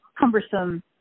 cumbersome